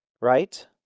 right